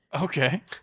Okay